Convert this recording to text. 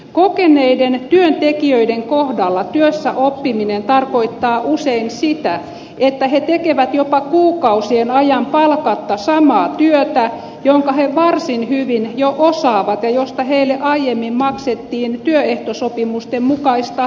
kokeneiden työntekijöiden kohdalla työssäoppiminen tarkoittaa usein sitä että he tekevät jopa kuukausien ajan palkatta samaa työtä jonka he varsin hyvin jo osaavat ja josta heille aiemmin maksettiin työehtosopimusten mukaista palkkaa